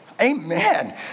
Amen